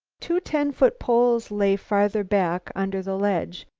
two ten-foot poles lay farther back under the ledge.